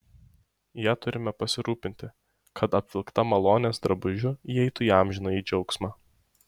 ja turime pasirūpinti kad apvilkta malonės drabužiu įeitų į amžinąjį džiaugsmą